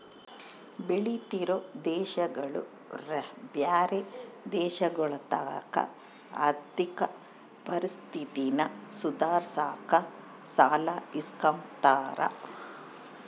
ಬೆಳಿತಿರೋ ದೇಶಗುಳು ಬ್ಯಾರೆ ದೇಶಗುಳತಾಕ ಆರ್ಥಿಕ ಪರಿಸ್ಥಿತಿನ ಸುಧಾರ್ಸಾಕ ಸಾಲ ಇಸ್ಕಂಬ್ತಾರ